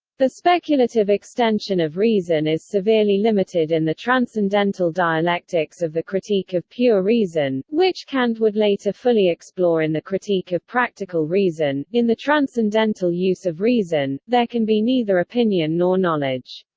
the speculative extension of reason is severely limited in and the transcendental dialectics of the critique of pure reason, which kant would later fully explore in the critique of practical reason in the transcendental use of reason, there can be neither opinion nor knowledge.